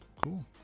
Cool